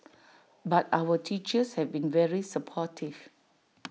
but our teachers have been very supportive